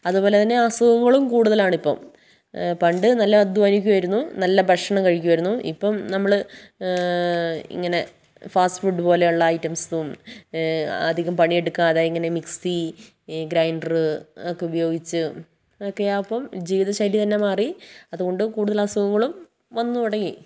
അതുപോലെത്തന്നെ അസുഖങ്ങളും കൂടുതലാണ് ഇപ്പം പണ്ട് നല്ല അധ്വാനിക്കുമായിരുന്നു നല്ല ഭക്ഷണം കഴിക്കുമായിരുന്നു ഇപ്പം നമ്മൾ ഇങ്ങനെ ഫാസ്റ്റ് ഫുഡ് പോലെയുള്ള ഐറ്റംസും അധികം പണിയെടുക്കാതെ ഇങ്ങനെ മിക്സി ഈ ഗ്രൈന്റർ ഒക്കെ ഉപയോഗിച്ച് ഒക്കെ അപ്പം ജീവിതശൈലി തന്നെ മാറി അതുകൊണ്ട് കൂടുതൽ അസുഖങ്ങളും വന്നുതുടങ്ങി